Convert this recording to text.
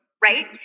Right